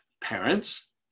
parents